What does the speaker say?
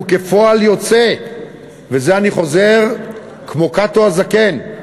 וכפועל יוצא ועל זה אני חוזר כמו קאטו הזקן,